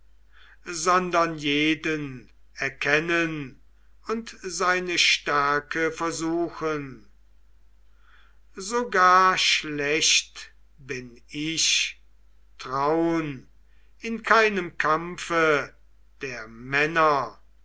sondern jeden erkennen und seine stärke versuchen so gar schlecht bin ich traun in keinem kampfe der männer